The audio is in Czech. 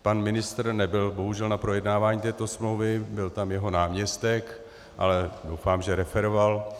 Pan ministr nebyl bohužel na projednávání této smlouvy, byl tam jeho náměstek, ale doufám, že referoval.